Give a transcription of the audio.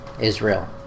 Israel